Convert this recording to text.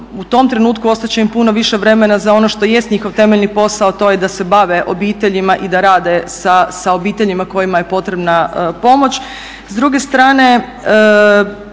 U tom trenutku ostat će im puno više vremena za ono što jest njihov temeljni posao, a to je da se bave obiteljima i da rade sa obiteljima kojima je potrebna pomoć.